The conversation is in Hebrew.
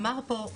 אמר פה,